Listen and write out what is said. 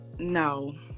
no